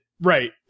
right